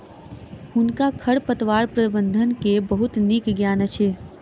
हुनका खरपतवार प्रबंधन के बहुत नीक ज्ञान अछि